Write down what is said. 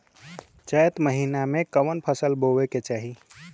चैत महीना में कवन फशल बोए के चाही?